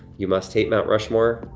you must hate mount rushmore.